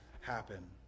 happen